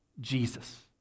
Jesus